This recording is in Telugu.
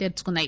తెరుచుకున్నాయి